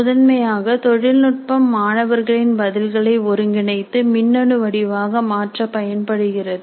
முதன்மையாக தொழில்நுட்பம் மாணவர்களின் பதில்களை ஒருங்கிணைத்து மின்னணு வடிவாக மாற்ற பயன்படுகிறது